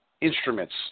instruments